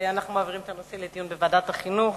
אנחנו מעבירים את הנושא לדיון בוועדת החינוך.